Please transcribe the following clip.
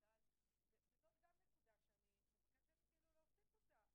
זאת גם נקודה שאני מבקשת להוסיף אותה